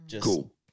Cool